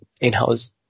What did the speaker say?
in-house